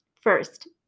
First